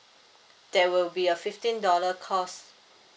there will be a fifteen dollar cost